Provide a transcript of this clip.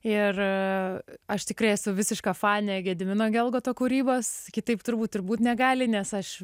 ir aš tikrai esu visiška fanė gedimino gelgoto kūrybos kitaip turbūt ir būt negali nes aš